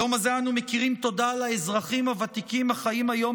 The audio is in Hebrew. ביום הזה אנו מכירים תודה לאזרחים הוותיקים החיים היום